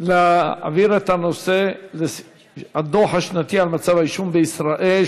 על להעביר את נושא הדוח השנתי על מצב העישון בישראל,